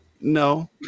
no